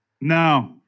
No